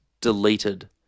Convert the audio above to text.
deleted